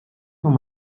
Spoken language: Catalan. com